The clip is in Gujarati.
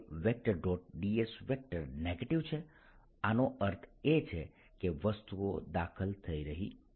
ds નેગેટિવ છે આનો અર્થ એ છે કે વસ્તુઓ દાખલ થઈ રહી છે